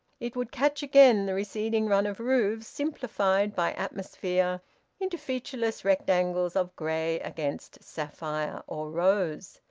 it would catch again the receding run of roofs, simplified by atmosphere into featureless rectangles of grey against sapphire or rose.